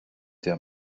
der